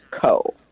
co